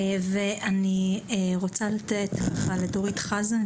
אני רוצה לתת את רשות הדיבור לדורית חזן,